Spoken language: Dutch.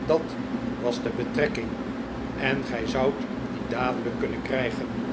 dat was de betrekking en gij zoudt die dadel'ijk kunnen krijgen